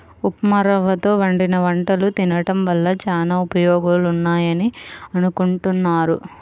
ఉప్మారవ్వతో వండిన వంటలు తినడం వల్ల చానా ఉపయోగాలున్నాయని అనుకుంటున్నారు